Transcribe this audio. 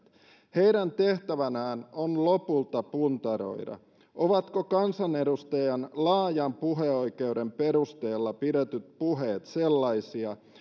heidän tehtävänään on lopulta puntaroida ovatko kansanedustajan laajan puheoikeuden perusteella pidetyt puheet sellaisia